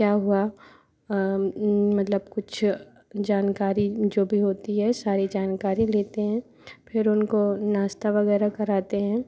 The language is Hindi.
क्या हुआ मतलब कुछ जानकारी जो भी होती है सारी जानकारी लेते हैं फिर उनको नाश्ता वगैरह कराते हैं